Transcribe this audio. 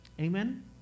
Amen